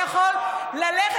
רז.